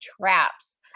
traps